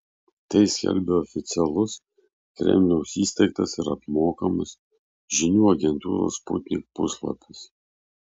tai skelbia oficialus kremliaus įsteigtas ir apmokamas žinių agentūros sputnik puslapis